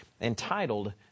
entitled